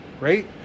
right